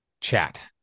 chat